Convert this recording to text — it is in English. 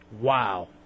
Wow